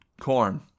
Corn